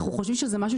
אנחנו חושבים שזה משהו